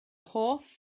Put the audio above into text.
hoff